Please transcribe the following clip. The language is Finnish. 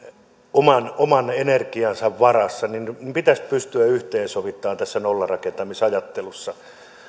oman oman energiansa varassa niin se pitäisi pystyä yhteensovittamaan tässä nollarakentamisajattelussa